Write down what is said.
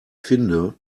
finde